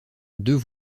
deux